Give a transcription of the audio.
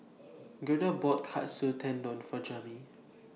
Gerda bought Katsu Tendon For Jami